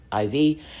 iv